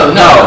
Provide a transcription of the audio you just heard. no